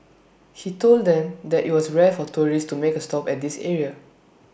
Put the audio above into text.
he told them that IT was rare for tourists to make A stop at this area